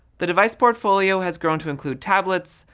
the device portfolio has grown to include tablets,